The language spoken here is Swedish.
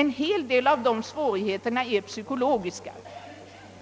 En hel del av de svårigheterna är av psykologisk art;